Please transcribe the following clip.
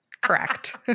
Correct